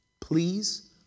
Please